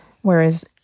Whereas